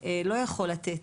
לא יכול לתת.